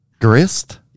Grist